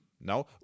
now